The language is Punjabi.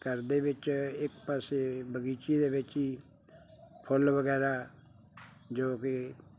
ਘਰ ਦੇ ਵਿੱਚ ਇੱਕ ਪਾਸੇ ਬਗੀਚੀ ਦੇ ਵਿੱਚ ਹੀ ਫੁੱਲ ਵਗੈਰਾ ਜੋ ਕਿ